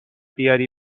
بیاری